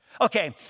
Okay